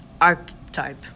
archetype